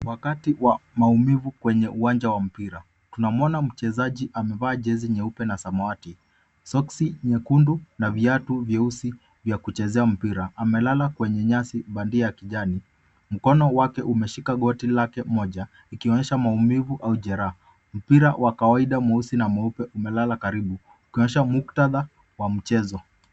Wakati wa maumivu kwenye uwanja wa mpira. Tunamuona mchezaji amevaa jezi nyeupe na samawati, soksi nyekundu na viatu vyeusi vya kuchezea mpira. Amelala kwenye nyasi bandia ya kijani, mkono wake umeshika goti lake moja, ikionyesha maumivu au jeraha. Mpira wa kawaida mweusi na mweupe umelala karibu, ukionyesha muktadha wa mchezo.